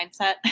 mindset